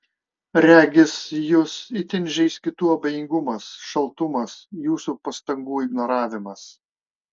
regis jus itin žeis kitų abejingumas šaltumas jūsų pastangų ignoravimas